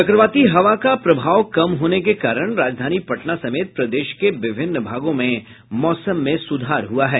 चक्रवाती हवा का प्रभाव कम होने के कारण राजधानी पटना समेत प्रदेश के विभिन्न भागों में मौसम में सुधार हुआ है